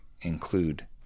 include